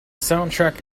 soundtrack